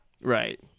Right